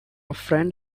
friend